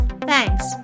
Thanks